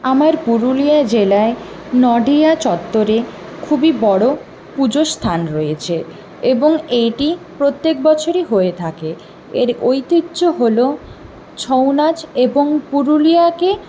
আমার পুরুলিয়া জেলায় নডিহা চত্বরে খুবই বড়ো পুজো স্থান রয়েছে এবং এইটি প্রত্যেক বছরই হয়ে থাকে এর ঐতিহ্য হল ছৌ নাচ এবং পুরুলিয়াকে